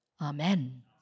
Amen